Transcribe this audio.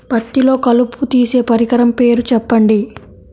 పత్తిలో కలుపు తీసే పరికరము పేరు చెప్పండి